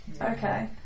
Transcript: Okay